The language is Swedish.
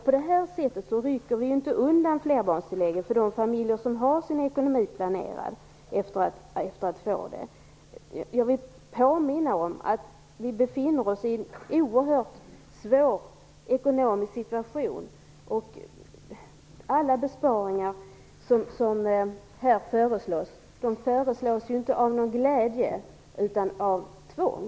På det här viset rycker vi inte undan flerbarnstillägget för de familjer som har sin ekonomi planerad efter att få det. Jag vill påminna om att vi befinner oss i en oerhört svår ekonomisk situation. Alla besparingar som föreslås här föreslås inte med någon glädje utan av tvång.